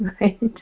right